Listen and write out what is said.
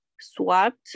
swapped